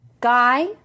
guy